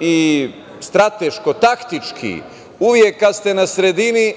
i strateško-taktički uvek kada ste na sredini